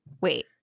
Wait